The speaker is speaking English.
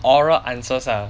oral answers ah